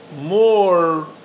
more